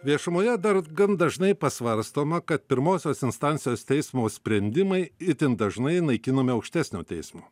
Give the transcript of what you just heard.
viešumoje dar gan dažnai pasvarstoma kad pirmosios instancijos teismo sprendimai itin dažnai naikinami aukštesnio teismo